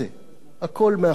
הכול מהחוק הזה.